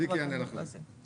צביקי יענה לך על זה.